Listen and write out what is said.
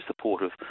supportive